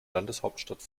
landeshauptstadt